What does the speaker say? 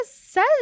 says